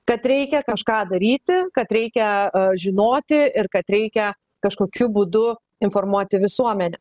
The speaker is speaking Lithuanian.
kad reikia kažką daryti kad reikia žinoti ir kad reikia kažkokiu būdu informuoti visuomenę